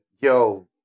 Yo